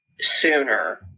sooner